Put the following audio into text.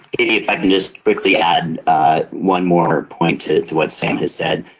katie, if i could just quickly add one more point to what sam has said.